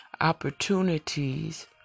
opportunities